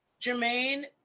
Jermaine